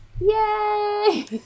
Yay